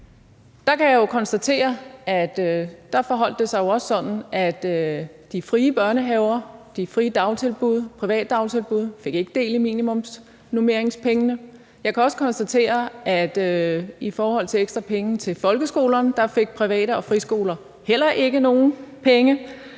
der forholdt det sig jo også sådan, at de frie børnehaver, de frie dagtilbud, privatdagtilbud, ikke fik del i minimumsnormeringspengene. Jeg kan også konstatere, at i forhold til ekstra penge til folkeskolerne fik private og friskoler heller ikke nogen penge.